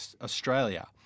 Australia